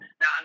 Now